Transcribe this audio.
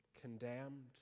condemned